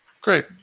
great